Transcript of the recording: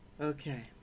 Okay